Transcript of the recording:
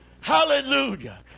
Hallelujah